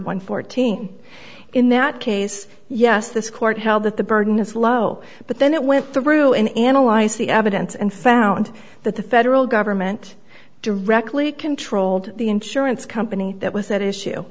one fourteen in that case yes this court held that the burden is low but then it went through and analyze the evidence and found that the federal government directly controlled the insurance company that was at issue